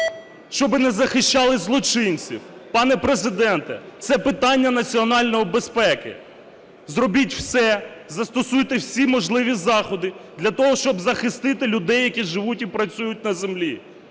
щоб не захищали злочинців. Пане Президенте, це питання національної безпеки. Зробіть все, застосуйте всі можливі заходи для того, щоб захистити людей, які живуть і працюють на землі.